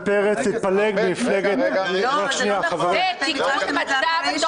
פרץ להתפלג -- זה תיקון מצב תוך כדי תנועה.